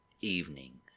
evening